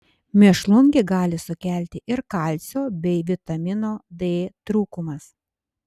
mėšlungį gali sukelti ir kalcio bei vitamino d trūkumas